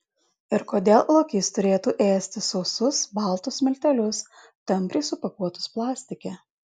ir kodėl lokys turėtų ėsti sausus baltus miltelius tampriai supakuotus plastike